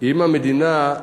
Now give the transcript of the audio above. ואם המדינה,